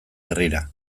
herrira